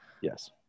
Yes